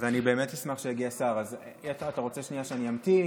אני באמת אשמח שיגיע השר, אז אתה רוצה שאני אמתין?